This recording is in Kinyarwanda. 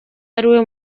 ariwe